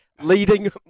leading